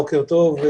בוקר טוב.